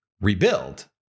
rebuild